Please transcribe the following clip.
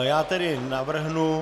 Já tedy navrhnu...